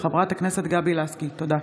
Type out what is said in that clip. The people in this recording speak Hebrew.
תודה.